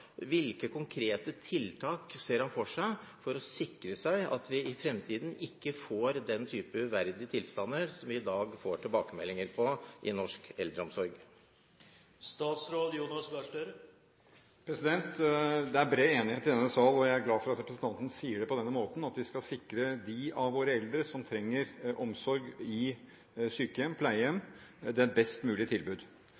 Hvilke konkrete tiltak ser han for seg for å sikre at vi i fremtiden ikke får den typen uverdige tilstander som vi i dag får tilbakemeldinger på, i norsk eldreomsorg? Det er bred enighet i denne salen – og jeg er glad for representanten sier det på denne måten – om at vi skal sikre de av våre eldre som trenger omsorg i syke- og pleiehjem,